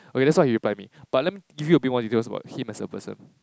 okay that's what he reply me but let me give you a bit more details on him as a person